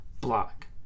block